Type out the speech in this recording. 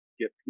get